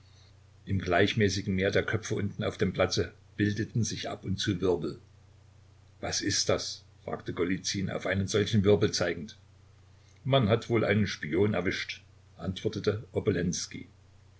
im gleichmäßigen meer der köpfe unten auf dem platze bildeten sich ab und zu wirbel was ist das fragte golizyn auf einen solchen wirbel zeigend man hat wohl einen spion erwischt antwortete